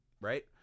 Right